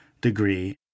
degree